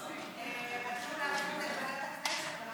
רצינו להעביר את זה לוועדת הכנסת.